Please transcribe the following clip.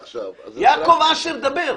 יעקב אשר, דבר.